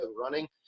running